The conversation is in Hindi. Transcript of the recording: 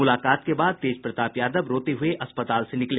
मुलाकात के बाद तेजप्रताप यादव रोते हये अस्पताल से निकले